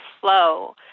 flow